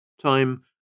Time